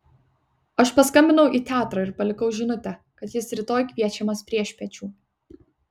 aš paskambinau į teatrą ir palikau žinutę kad jis rytoj kviečiamas priešpiečių